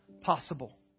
possible